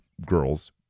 girls